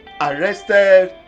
arrested